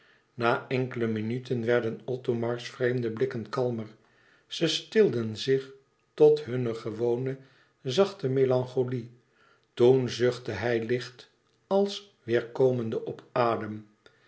na enkele minuten werden othomars vreemde blikken kalmer ze stilden zich tot hunne gewone zachte melancholie toen zuchtte hij licht als weer komende op adem